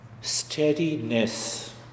Steadiness